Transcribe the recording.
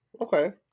Okay